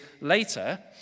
later